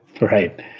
Right